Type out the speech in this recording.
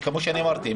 כמו שאמרתי,